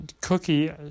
Cookie